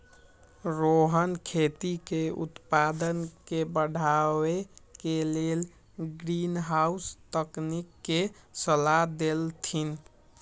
रोहन खेती के उत्पादन के बढ़ावे के लेल ग्रीनहाउस तकनिक के सलाह देलथिन